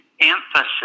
emphasis